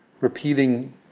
repeating